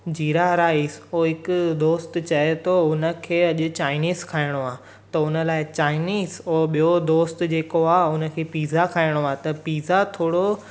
जीरा rice हो हिकु दोस्त चए थो हुन खे अॼु चाइनीज़ खाइणो आहे त हुन लाइ चाइनीज़ ऐं ॿियो दोस्तु जेको आहे हुन खे पिज़्ज़ा खाइणो आहे त पिज़्ज़ा थोरो